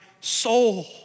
soul